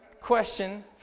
Question